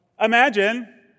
imagine